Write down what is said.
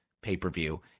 pay-per-view